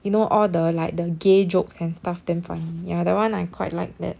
you know all the like the gay jokes and stuff damn funny ya that one I quite like that